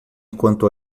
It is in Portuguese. enquanto